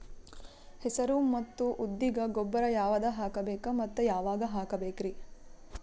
ಹೆಸರು ಮತ್ತು ಉದ್ದಿಗ ಗೊಬ್ಬರ ಯಾವದ ಹಾಕಬೇಕ ಮತ್ತ ಯಾವಾಗ ಹಾಕಬೇಕರಿ?